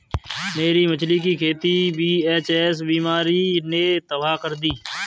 मेरी मछली की खेती वी.एच.एस बीमारी ने तबाह कर दी